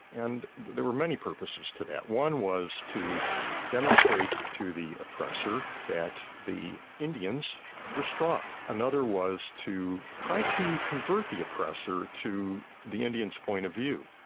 and there were many purposes to that. one was to demonstrate to the oppressor that the indians were strong. another was to try to convert the oppressor to the indians' point of view.